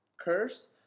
curse